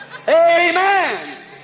amen